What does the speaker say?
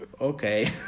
Okay